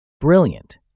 Brilliant